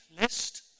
list